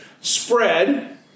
spread